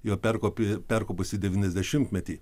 jau perkopė perkopusį devyniasdešimtmetį